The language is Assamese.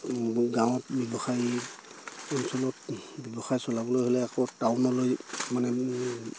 গাঁৱত ব্যৱসায় অঞ্চলত ব্যৱসায় চলাবলৈ হ'লে আকৌ টাউনলৈ মানে